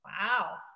Wow